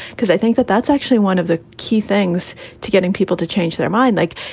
because i think that that's actually one of the key things to getting people to change their mind. like,